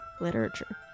literature